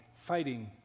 fighting